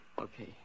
Okay